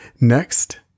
Next